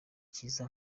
cyiza